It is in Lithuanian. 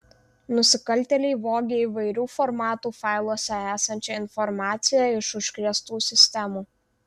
nusikaltėliai vogė įvairių formatų failuose esančią informaciją iš užkrėstų sistemų